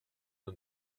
nos